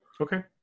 Okay